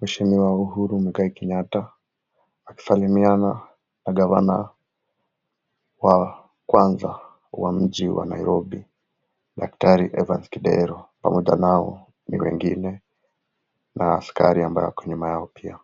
mheshimiwa Uhuru Mwigai Kenyatta akisalimiana na (governor) wa kwanza wa mji wa Nairobi daktari Evans Kidero pamoja nao ni wengine na askari ambae ako nyuma yao pia.